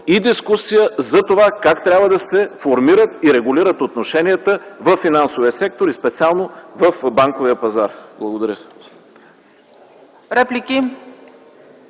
и дискусия за това как трябва да се формират и регулират отношенията във финансовия сектор и специално в банковия пазар. Благодаря.